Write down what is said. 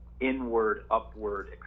inward-upward